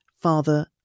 father